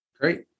Great